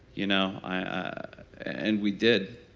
you know. and we did.